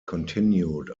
continued